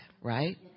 right